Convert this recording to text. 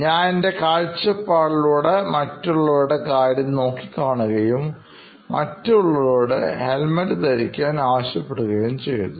ഞാനെൻറെ കാഴ്ചപ്പാടിലൂടെ മറ്റുള്ളവരുടെ കാര്യം നോക്കി കാണുകയും മറ്റുള്ളവരോട്ഹെൽമറ്റ് ധരിക്കാൻ ആവശ്യപ്പെടുകയും ചെയ്തു